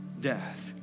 death